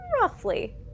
Roughly